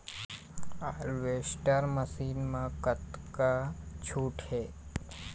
Harvester machine मा कतका छूट हे?